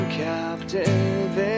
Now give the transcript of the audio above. captive